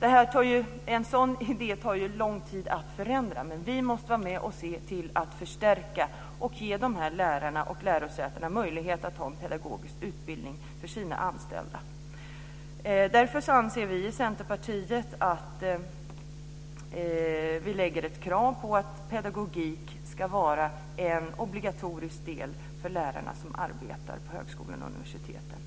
Det tar lång tid att förändra en sådan inställning, men vi måste förstärka lärosätenas möjligheter att ge en pedagogisk utbildning för sina anställda. Vi i Centerpartiet anser därför att krav på pedagogisk utbildning ska vara obligatoriskt för lärare som arbetar på högskolorna och universiteten.